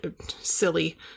silly